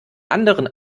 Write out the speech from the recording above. anderen